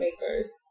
makers